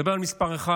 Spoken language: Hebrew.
אני מדבר על מספר אחד,